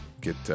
get